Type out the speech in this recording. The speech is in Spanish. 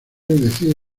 decide